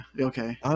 okay